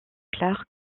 clare